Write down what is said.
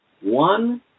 One